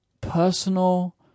personal